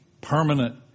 permanent